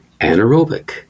anaerobic